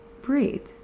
Breathe